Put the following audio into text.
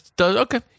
Okay